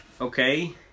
Okay